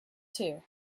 too